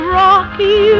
rocky